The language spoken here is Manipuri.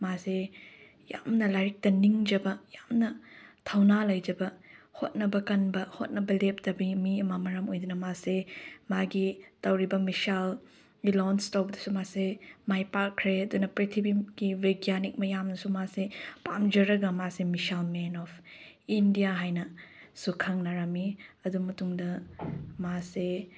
ꯃꯥꯁꯤ ꯌꯥꯝꯅ ꯂꯥꯏꯔꯤꯛꯇ ꯅꯤꯡꯖꯕ ꯌꯥꯝꯅ ꯊꯧꯅꯥ ꯂꯩꯖꯕ ꯍꯣꯠꯅꯕ ꯀꯟꯕ ꯍꯣꯠꯅꯕ ꯂꯦꯞꯇꯕ ꯃꯤ ꯑꯃ ꯃꯔꯝ ꯑꯣꯏꯗꯅ ꯃꯥꯁꯦ ꯃꯥꯒꯤ ꯇꯧꯔꯤꯅ ꯃꯤꯁꯥꯏꯜꯒꯤ ꯂꯣꯟꯁ ꯇꯧꯕꯗꯁꯨ ꯃꯥꯁꯦ ꯃꯥꯏ ꯄꯥꯛꯈ꯭ꯔꯦ ꯑꯗꯨꯅ ꯄ꯭ꯔꯤꯊꯤꯕꯤꯒꯤ ꯕꯩꯘ꯭ꯌꯥꯅꯤꯛ ꯃꯌꯥꯝꯅꯁꯨ ꯃꯥꯁꯦ ꯄꯥꯝꯖꯔꯒ ꯃꯥꯁꯦ ꯃꯤꯁꯥꯏꯜ ꯃꯦꯟ ꯑꯣꯐ ꯏꯟꯗꯤꯌꯥ ꯍꯥꯏꯅꯁꯨ ꯈꯪꯅꯔꯝꯃꯤ ꯑꯗꯨ ꯃꯇꯨꯡꯗ ꯃꯥꯁꯦ